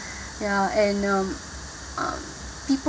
ya and um uh people